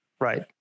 Right